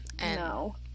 No